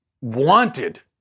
wanted